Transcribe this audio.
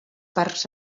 parcs